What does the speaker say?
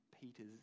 Peter's